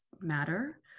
matter